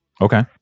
Okay